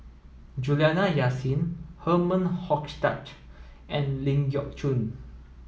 Juliana Yasin Herman Hochstadt and Ling Geok Choon